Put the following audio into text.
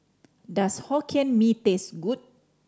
does Hokkien Mee taste good